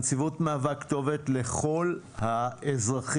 הנציבות מהווה כתובת לכל האזרחים,